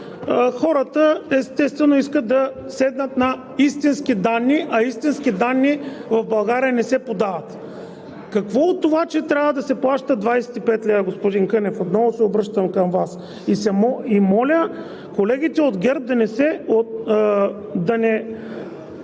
хората, естествено, искат да седнат на истински данни, а истински данни в България не се подават. Какво от това, че трябва да се плащат 25 лв.?! Господин Кънев, отново се обръщам към Вас и моля колегите от ГЕРБ да не